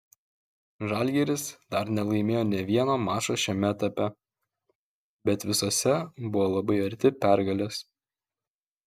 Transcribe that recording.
žalgiris dar nelaimėjo nė vieno mačo šiame etape bet visuose buvo labai arti pergalės